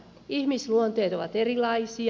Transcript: ihmisluonteet ovat erilaisia